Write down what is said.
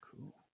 Cool